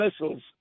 missiles